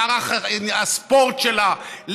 למערך הספורט שלה,